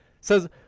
says